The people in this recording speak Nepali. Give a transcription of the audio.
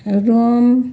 रोम